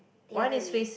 the other way